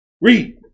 Read